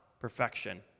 perfection